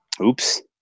Oops